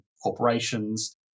corporations